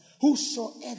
Whosoever